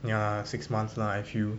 ya six month lah I feel